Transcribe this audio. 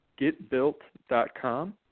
getbuilt.com